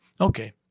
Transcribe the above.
okay